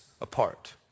apart